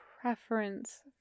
preference